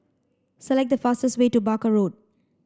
select the fastest way to Barker Road